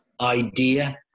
idea